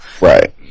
Right